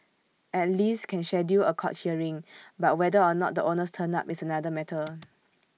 at least can schedule A court hearing but whether or not the owners turn up is another matter